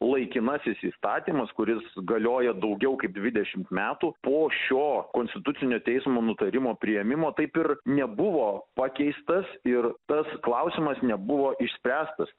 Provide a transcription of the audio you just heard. laikinasis įstatymas kuris galioja daugiau kaip dvidešimt metų po šio konstitucinio teismo nutarimo priėmimo taip ir nebuvo pakeistas ir tas klausimas nebuvo išspręstas